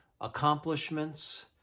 accomplishments